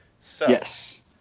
Yes